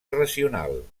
racional